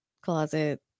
closet